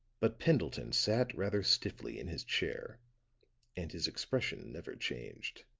but pendleton sat rather stiffly in his chair and his expression never changed.